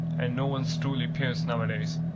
and no one's truly pious nowadays?